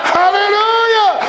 hallelujah